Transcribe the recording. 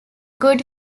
good